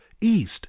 East